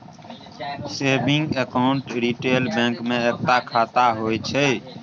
saving account retail bank मे एकता खाता होइ छै